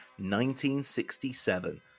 1967